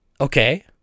Okay